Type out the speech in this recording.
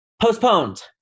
postponed